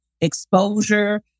exposure